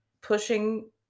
pushing